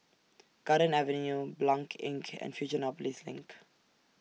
Garden Avenue Blanc Inn and Fusionopolis LINK